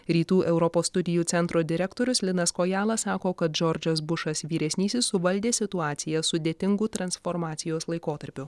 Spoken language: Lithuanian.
rytų europos studijų centro direktorius linas kojala sako kad džordžas bušas vyresnysis suvaldė situaciją sudėtingu transformacijos laikotarpiu